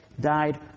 died